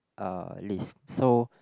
uh list